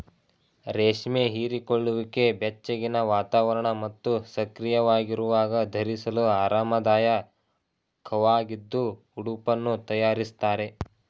ರೇಷ್ಮೆ ಹೀರಿಕೊಳ್ಳುವಿಕೆ ಬೆಚ್ಚಗಿನ ವಾತಾವರಣ ಮತ್ತು ಸಕ್ರಿಯವಾಗಿರುವಾಗ ಧರಿಸಲು ಆರಾಮದಾಯಕವಾಗಿದ್ದು ಉಡುಪನ್ನು ತಯಾರಿಸ್ತಾರೆ